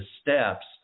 steps